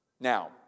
Now